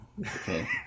okay